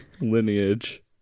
lineage